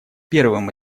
первым